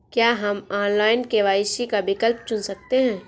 क्या हम online KYC का विकल्प चुन सकते हैं?